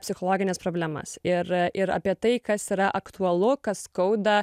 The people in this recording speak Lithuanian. psichologines problemas ir ir apie tai kas yra aktualu kas skauda